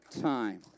time